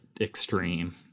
extreme